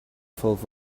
filled